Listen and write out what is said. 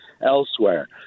elsewhere